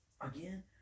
again